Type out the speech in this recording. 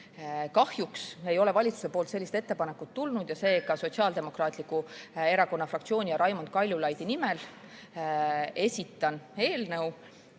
Kahjuks ei ole valitsuselt sellist ettepanekut tulnud ja seega Sotsiaaldemokraatliku Erakonna fraktsiooni ja Raimond Kaljulaidi nimel esitan selle